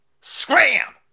Scram